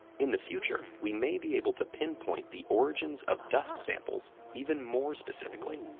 in the future, we may be able to pinpoint the origins of dust samples even more specifically,